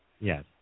Yes